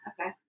Okay